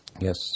Yes